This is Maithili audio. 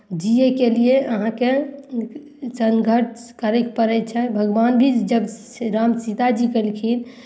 जियैके लिए अहाँके सङ्घर्ष करयके पड़ै छै भगवान भी जब श्री राम सीताजी केलखिन